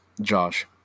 Josh